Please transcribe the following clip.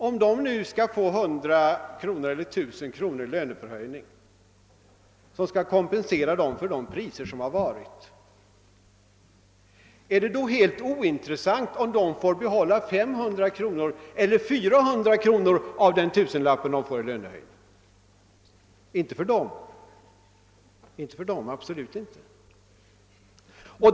Om de nu skall få en lönehöjning som skall kompensera dem för de prisstegringar som har inträffat, är det då helt ointressant om de får behålla 500 eller 400 kr. av den tusenlapp de får i lönehöjning? Inte för dem, absolut inte!